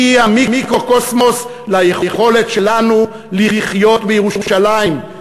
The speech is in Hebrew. היא המיקרוקוסמוס ליכולת שלנו לחיות בירושלים,